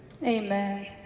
Amen